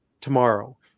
tomorrow